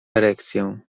erekcję